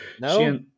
No